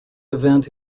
event